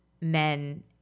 men